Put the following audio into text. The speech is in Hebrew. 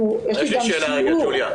יש לי גם שיעור --- יש לי שאלה, ג'וליה.